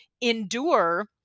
endure